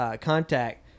contact